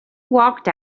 walked